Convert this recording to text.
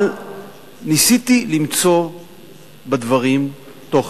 אבל ניסיתי למצוא בדברים תוכן,